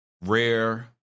rare